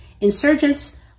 Insurgents